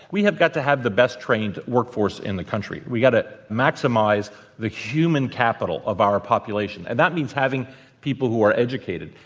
we have got to have the best trained work force in the country. we've got to maximize the human capital of our population. and that means having people who are educated.